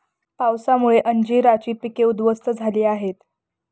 पावसामुळे अंजीराची पिके उध्वस्त झाली आहेत